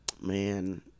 Man